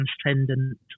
transcendent